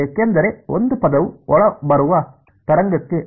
ಏಕೆಂದರೆ ಒಂದು ಪದವು ಒಳಬರುವ ತರಂಗಕ್ಕೆ ಅನುಗುಣವಾಗಿರುತ್ತದೆ